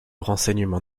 renseignement